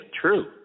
true